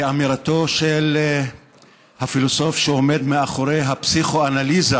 כאמירתו של הפילוסוף שעומד מאחורי הפסיכואנליזה,